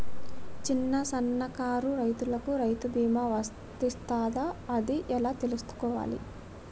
చిన్న సన్నకారు రైతులకు రైతు బీమా వర్తిస్తదా అది ఎలా తెలుసుకోవాలి?